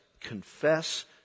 confess